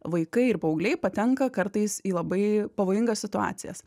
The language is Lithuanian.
vaikai ir paaugliai patenka kartais į labai pavojingas situacijas